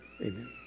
amen